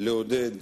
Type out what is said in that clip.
לעודד